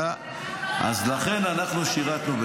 גם אנחנו שירתנו דקה ורבע.